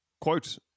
Quote